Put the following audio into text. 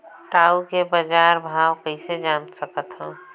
टाऊ के बजार भाव कइसे जान सकथव?